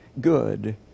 good